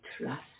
trust